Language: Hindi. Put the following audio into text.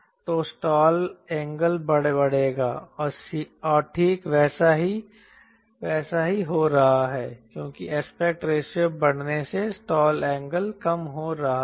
तो स्टॉल एंगल बढ़ेगा और ठीक वैसा ही हो रहा है क्योंकि एस्पेक्ट रेशियो बढ़ने से स्टाल एंगल कम हो रहा है